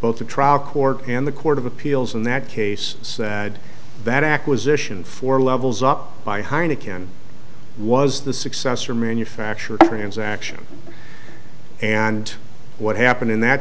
both the trial court and the court of appeals in that case said that acquisition four levels up by heineken was the successor manufacturer transaction and what happened in that